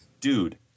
dude